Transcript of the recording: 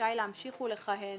רשאי להמשיך ולכהן